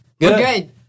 good